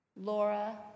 Laura